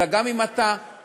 אלא גם אם אתה תומך